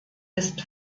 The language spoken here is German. ist